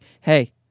hey